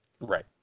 Right